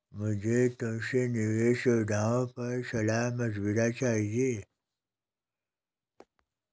मुझे तुमसे निवेश सुविधाओं पर सलाह मशविरा चाहिए